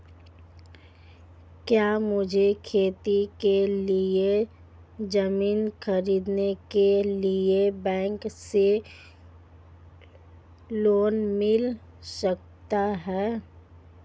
क्या मुझे खेती के लिए ज़मीन खरीदने के लिए बैंक से लोन मिल सकता है?